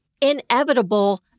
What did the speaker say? inevitable